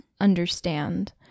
understand